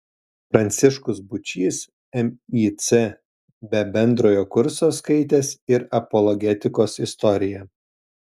pranciškus būčys mic be bendrojo kurso skaitęs ir apologetikos istoriją